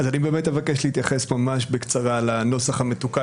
אני באמת אבקש להתייחס ממש בקצרה לנוסח המתוקן